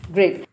Great